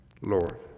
Lord